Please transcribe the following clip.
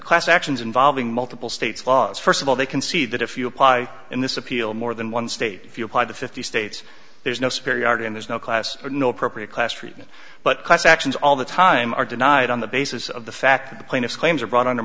class actions involving multiple states laws first of all they can see that if you apply in this appeal more than one state if you apply the fifty states there's no superiority and there's no class or no appropriate class treatment but class actions all the time are denied on the basis of the fact that the plaintiff claims are brought under